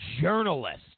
journalist